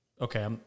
Okay